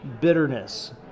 bitterness